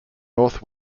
north